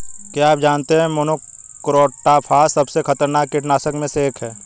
क्या आप जानते है मोनोक्रोटोफॉस सबसे खतरनाक कीटनाशक में से एक है?